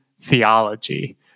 theology